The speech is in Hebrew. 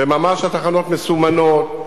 וממש התחנות מסומנות,